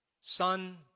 son